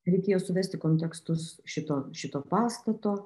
reikėjo suvesti kontekstus šito šito pastato